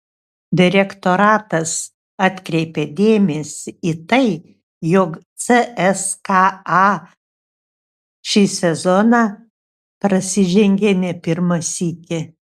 direktoratas atkreipė dėmesį į tai jog cska šį sezoną prasižengė ne pirmą sykį